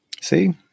See